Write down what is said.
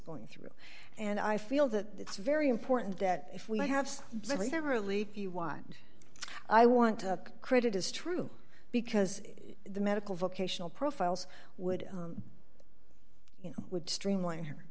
going through and i feel that it's very important that if we have literally i want to credit is true because the medical vocational profiles would you know would streamline her